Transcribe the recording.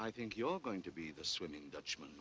i think you're going to be the swimming dutchman